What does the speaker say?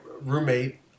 roommate